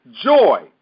joy